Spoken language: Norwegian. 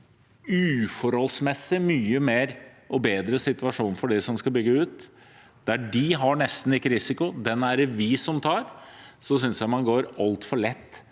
uforholdsmessig mye bedre situasjon for dem som skal bygge ut, der de nesten ikke har risiko. Den er det vi som tar. Jeg synes man går altfor lett